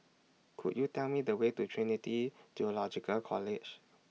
Could YOU Tell Me The Way to Trinity Theological College